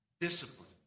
Discipline